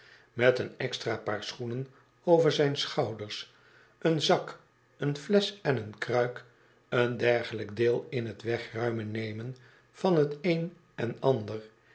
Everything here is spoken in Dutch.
met een extra paar schoenen over zijn schouders een zak een flesch en een kruik een dergelijk deel in t wegruimen nemen van t een en ander